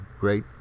Great